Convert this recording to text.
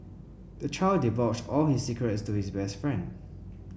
the child divulged all his secrets to his best friend